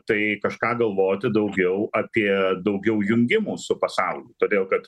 tai kažką galvoti daugiau apie daugiau jungimų su pasauliu todėl kad